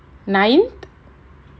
nine